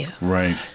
Right